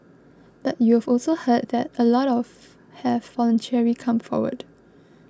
but you've also heard that a lot of have voluntarily come forward